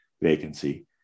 vacancy